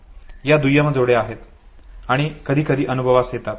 या दुय्यम जोड्या आहेत आणि कधीकधी अनुभवास येतात